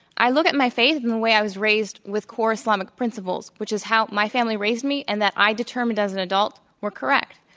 i look at my faith and the way i was raised with core islamic principles, which is how my family raised me, and that i determined as an adult were correct,